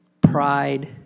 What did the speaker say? pride